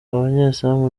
abanyezamu